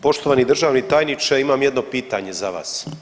Poštovani državni tajniče imam jedno pitanje za vas.